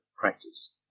practice